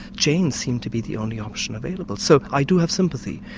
chains seem to be the only option available. so i do have sympathy,